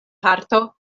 parto